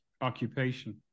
occupation